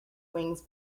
wings